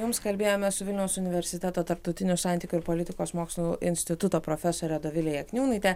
jums kalbėjome su vilniaus universiteto tarptautinių santykių ir politikos mokslų instituto profesore dovile jakniūnaite